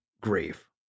grief